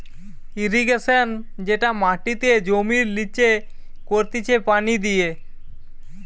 irrigation যেটা মাটিতে জমির লিচে করতিছে পানি দিয়ে